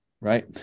Right